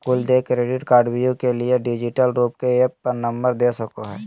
कुल देय क्रेडिट कार्डव्यू के लिए डिजिटल रूप के ऐप पर नंबर दे सको हइ